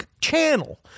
channel